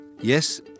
Yes